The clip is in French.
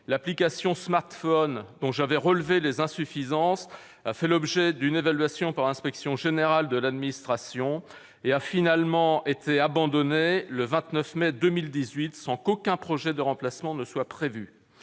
l'application smartphone, dont j'avais relevé les insuffisances, a fait l'objet d'une évaluation par l'Inspection générale de l'administration et a finalement été abandonnée le 29 mai 2018, sans qu'aucun projet de remplacement soit prévu.